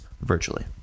virtually